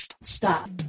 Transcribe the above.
Stop